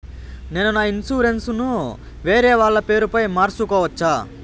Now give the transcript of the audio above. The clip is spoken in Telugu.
నేను నా ఇన్సూరెన్సు ను వేరేవాళ్ల పేరుపై మార్సుకోవచ్చా?